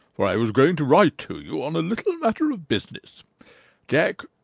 for i was going to write to you on a little matter of business jack,